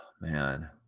man